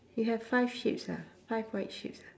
you have five sheep's ah five white sheep's ah